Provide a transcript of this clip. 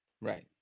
Right